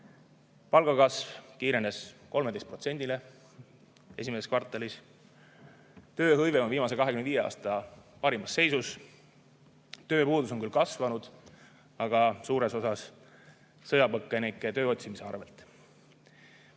Palgakasv [tõusis] 13%-le esimeses kvartalis. Tööhõive on viimase 25 aasta parimas seisus. Tööpuudus on küll kasvanud, aga suures osas sõjapõgenike tööotsimise arvel.